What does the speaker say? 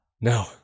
No